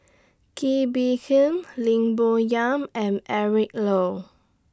Kee Bee Khim Lim Bo Yam and Eric Low